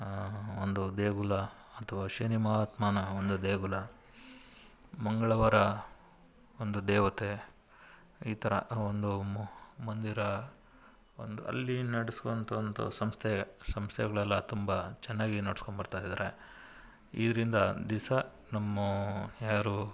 ಒಂದು ದೇಗುಲ ಅಥವಾ ಶನಿ ಮಹಾತ್ಮನ ಒಂದು ದೇಗುಲ ಮಂಗಳವಾರ ಒಂದು ದೇವತೆ ಈ ಥರ ಒಂದು ಮಂದಿರ ಒಂದು ಅಲ್ಲಿ ನಡೆಸುವಂತೊಂದು ಸಂಸ್ಥೆ ಸಂಸ್ಥೆಗಳೆಲ್ಲ ತುಂಬ ಚೆನ್ನಾಗಿ ನಡ್ಸ್ಕೊಂಬರ್ತಾ ಇದ್ದಾರೆ ಇದರಿಂದ ದಿಸ ನಮ್ಮ ಯಾರು